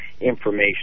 information